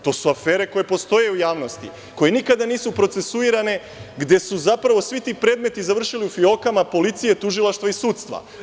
To su afere koje postoje u javnosti, koje nikada nisu procesuirane, gde su zapravo svi ti predmeti završili u fiokama policije, tužilaštva i sudstva.